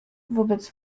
wobec